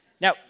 Now